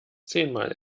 zehnmal